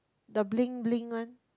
the bling bling one